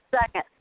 second